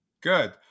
Good